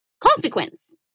consequence